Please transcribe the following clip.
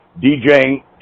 DJing